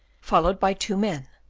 followed by two men,